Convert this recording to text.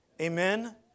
Amen